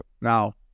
Now